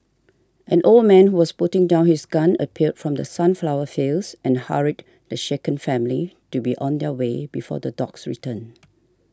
an old man who was putting down his gun appeared from the sunflower fields and hurried the shaken family to be on their way before the dogs return